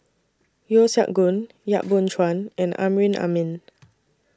Yeo Siak Goon Yap Boon Chuan and Amrin Amin